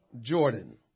Jordan